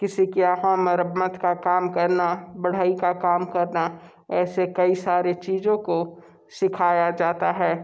किसी के यहाँ मरम्मत का काम करना बढ़ई का काम करना ऐसे कई सारे चीज़ों को सिखाया जाता है